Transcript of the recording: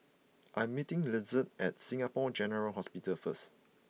I'm meeting Izetta at Singapore General Hospital first